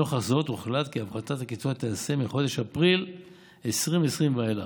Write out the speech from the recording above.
נוכח זאת הוחלט כי הפחתת הקצבאות תיעשה מחודש אפריל 2020 ואילך.